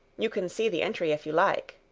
you can see the entry if you like.